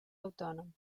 autònom